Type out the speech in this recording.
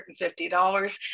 $150